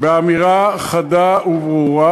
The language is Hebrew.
באמירה חדה וברורה,